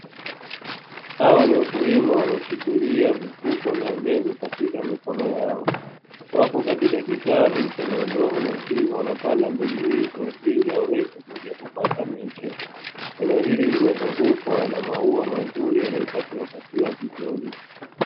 Hawa ni wakulima wanaoshikilia vifuko vya mbegu katika mikono yao. Wapo katika kitalu chenye udongo, hivyo wanapanda mbegu hizo ili waweze kuja kupata miche. Eneo hili limezungukwa na maua mazuri yaliyokatiwakatiwa vizuri.